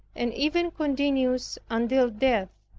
and even continues until death.